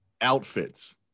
outfits